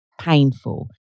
painful